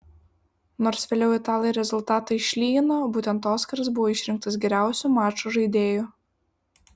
nors vėliau italai rezultatą išlygino būtent oskaras buvo išrinktas geriausiu mačo žaidėju